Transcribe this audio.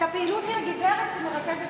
הפעילות של השדולה